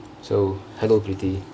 so hello preethi